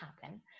happen